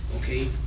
Okay